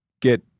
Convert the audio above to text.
get